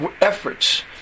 efforts